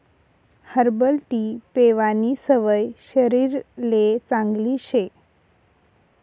herbal tea पेवानी सवय शरीरले चांगली शे